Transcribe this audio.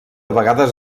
vegades